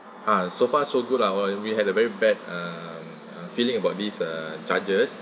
ah so far so good lah while we had a very bad um feeling about these uh charges